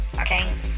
okay